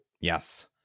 Yes